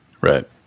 Right